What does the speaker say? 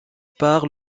par